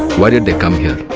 why did they come here?